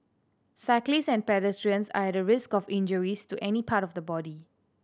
cyclists and pedestrians are at risk of injuries to any part of the body